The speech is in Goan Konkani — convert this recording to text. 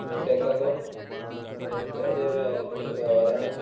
तेका लागोन ह्या नुस्त्याचे वेव वेव्हारां